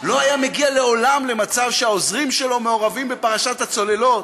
לא היה מגיע לעולם למצב שהעוזרים שלו מעורבים בפרשת הצוללות,